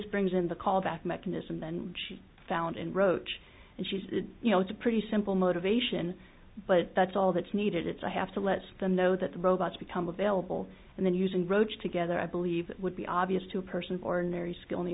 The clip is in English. brings in the callback mechanism and she's found in roach and she's you know it's a pretty simple motivation but that's all that's needed it's i have to let them know that the robots become available and then using roche together i believe would be obvious to a person ordinary skill in the